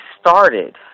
started